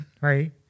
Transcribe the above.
right